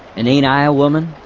and a'nt i a woman?